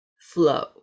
flow